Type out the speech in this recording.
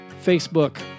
Facebook